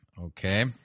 Okay